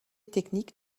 technique